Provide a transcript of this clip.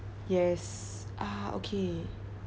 yes ah okay